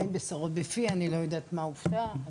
אין בשורות בפי, אני לא יודעת מה הובטח.